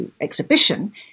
exhibition